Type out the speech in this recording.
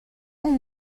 اون